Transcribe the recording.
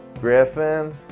Griffin